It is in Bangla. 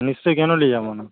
নিশ্চয়ই কেন নিয়ে যাব না